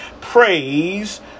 Praise